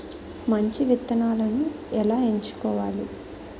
మంచి విత్తనాలను ఎలా ఎంచుకోవాలి?